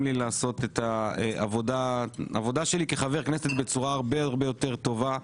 לי לעשות את העבודה שלי כחבר כנסת בצורה הרבה הרבה יותר טובה,